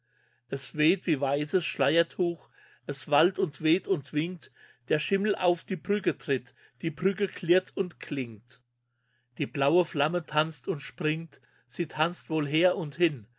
es weht wie weißes schleiertuch es wallt und weht und winkt der schimmel auf die brücke tritt die brücke klirrt und klingt die blaue flamme tanzt und springt sie tanzt wohl her und hin